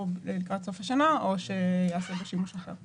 לקראת סוף השנה או שייעשה בו שימוש אחר.